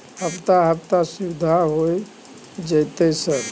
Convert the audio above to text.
हफ्ता हफ्ता सुविधा होय जयते सर?